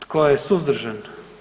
Tko je suzdržan?